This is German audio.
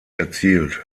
erzielt